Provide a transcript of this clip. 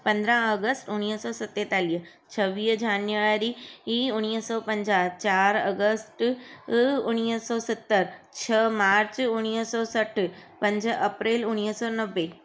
पंद्राहं अगस्त उणिवीह सौ सतेतालीह छवीह झान्यरी ई उणिवीह सौ पंजाहु चारि अगस्ट उणिवीह सौ सतरि छह मार्च उणिवीह सौ सठ पंज अप्रैल उणिवीह सौ नबे